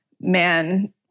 man